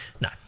No